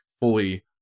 fully